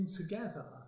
together